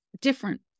different